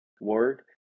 word